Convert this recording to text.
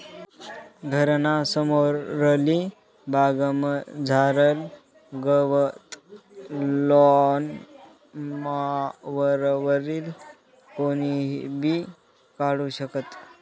घरना समोरली बागमझारलं गवत लॉन मॉवरवरी कोणीबी काढू शकस